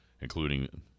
including